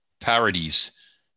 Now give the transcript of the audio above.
Parodies